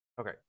Okay